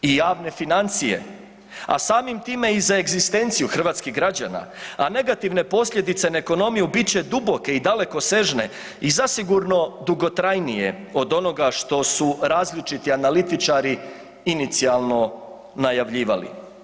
I javne financije, a samim time i za egzistenciju hrvatskih građana, a negativne posljedice na ekonomiju bit će duboke i dalekosežne i zasigurno dugotrajnije od onoga što su različiti analitičari inicijalno najavljivali.